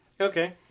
Okay